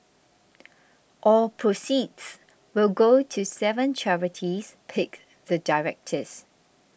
all proceeds will go to seven charities picked the directors